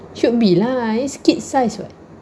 should be lah it's kids size [what]